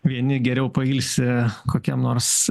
vieni geriau pailsi kokiam nors